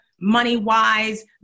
money-wise